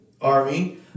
army